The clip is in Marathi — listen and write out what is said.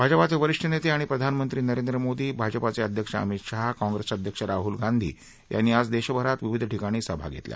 भाजपाचे वरीष्ठ नेते आणि प्रधानमंत्री नरेंद्र मोदी भाजपाचे अध्यक्ष अमित शाह काँग्रेस अध्यक्ष राहुल गांधी यांनी आज देशभरात विविध ठिकाणी सभा घेतल्या